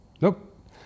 Nope